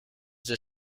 the